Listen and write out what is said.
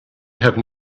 have